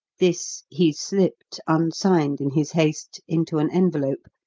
this he slipped, unsigned in his haste, into an envelope,